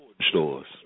stores